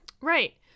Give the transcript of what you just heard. Right